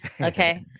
Okay